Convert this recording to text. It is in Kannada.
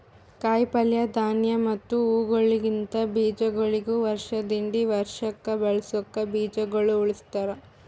ಕಾಯಿ ಪಲ್ಯ, ಧಾನ್ಯ ಮತ್ತ ಹೂವುಗೊಳಿಂದ್ ಬೀಜಗೊಳಿಗ್ ವರ್ಷ ದಿಂದ್ ವರ್ಷಕ್ ಬಳಸುಕ್ ಬೀಜಗೊಳ್ ಉಳುಸ್ತಾರ್